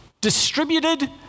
distributed